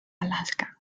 alaska